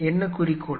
என்ன குறிக்கோள்